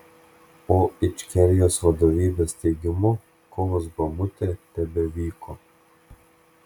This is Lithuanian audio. o ičkerijos vadovybės teigimu kovos bamute tebevyko